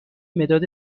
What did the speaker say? مداد